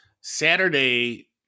Saturday